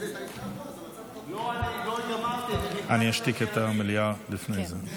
אני אשתיק את המליאה לפני זה.